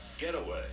getaway